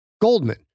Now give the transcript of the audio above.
Goldman